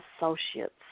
associates